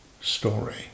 story